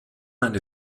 eine